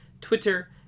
Twitter